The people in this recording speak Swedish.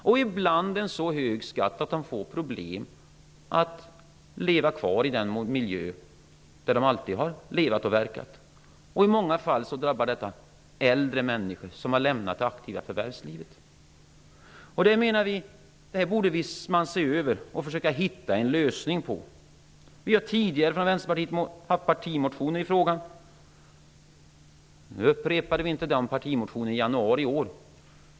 Den är ibland så hög att de får problem att leva kvar i den miljö där de alltid har levt och verkat. I många fall drabbar detta äldre människor, som har lämnat det aktiva förvärvslivet. Vi menar att man borde se över detta och försöka hitta en lösning. Vi har tidigare väckt partimotioner i denna fråga från Vänsterpartiet. Vi upprepade inte den motionen i januari i år.